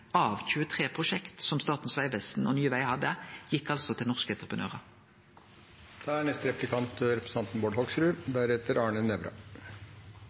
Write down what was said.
av 23 prosjekt som Statens vegvesen og Nye Vegar hadde, gjekk altså til norske entreprenørar. Jeg tror at statsråden og jeg er